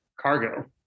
cargo